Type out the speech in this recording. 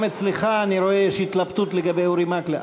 גם אצלך אני רואה שיש התלבטות לגבי אורי מקלב,